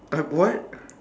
uh what